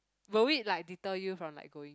will it like deter you from like going